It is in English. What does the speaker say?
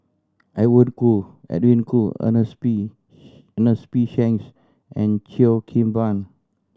Edwin Koo Ernest P Ernest P Shanks and Cheo Kim Ban